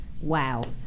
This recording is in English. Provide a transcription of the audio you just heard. Wow